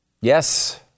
Yes